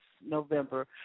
November